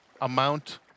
amount